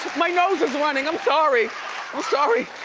my nose is running. i'm sorry, i'm sorry.